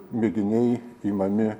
mėginiai imami